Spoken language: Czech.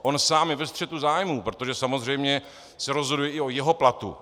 On sám je ve střetu zájmů, protože samozřejmě se rozhoduje i o jeho platu.